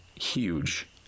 huge